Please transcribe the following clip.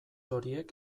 horiek